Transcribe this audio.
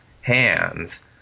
hands